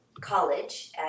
college